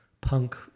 punk